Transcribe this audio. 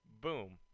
Boom